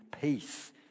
peace